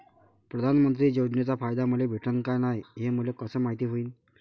प्रधानमंत्री योजनेचा फायदा मले भेटनं का नाय, हे मले कस मायती होईन?